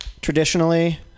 traditionally